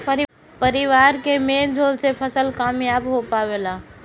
परिवार के मेल जोल से फसल कामयाब हो पावेला